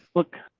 look